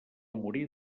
morir